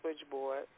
switchboard